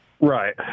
Right